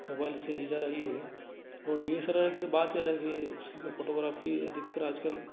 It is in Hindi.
मोबाइल से ली जा रही है वो डी एस एल आर की तो बात ही अलग है उसकी तो फोटोग्राफी अधिकतर आजकल